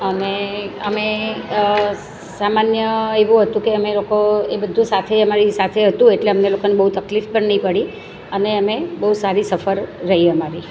અમે અમે સામાન્ય એવું હતું કે અમે લોકો એ બધું સાથે અમારી સાથે હતું એટલે અમને લોકાને બહુ તકલીફ પણ ન પડી અને અમે બહુ સારી સફર રહી અમારી